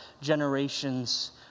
generations